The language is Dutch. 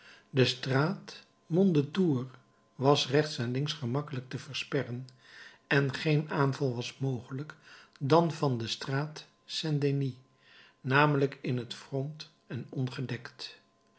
de straat mondétour was rechts en links gemakkelijk te versperren en geen aanval was mogelijk dan van de straat saint denis namelijk in het front en ongedekt